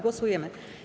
Głosujemy.